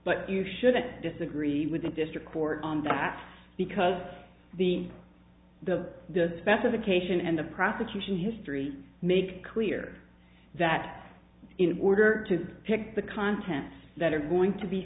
but you should have disagreed with the district court on that because the the the specification and the prosecution history make clear that in order to pick the contents that are going to be